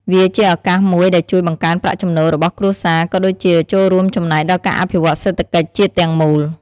វាជាឱកាសមួយដែលជួយបង្កើនប្រាក់ចំណូលរបស់គ្រួសារ ក៏ដូចជាចូលរួមចំណែកដល់ការអភិវឌ្ឍសេដ្ឋកិច្ចជាតិទាំងមូល។